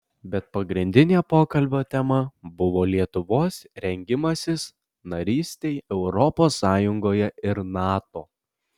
bet pagrindinė pokalbio tema buvo lietuvos rengimasis narystei europos sąjungoje ir nato